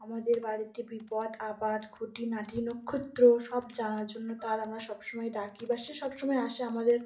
আমাদের বাড়িতে বিপদ আপদ খুঁটিনাটি নক্ষত্র সব জানার জন্য তার আমরা সবসময় ডাকি বা সে সবসময় আসে আমাদের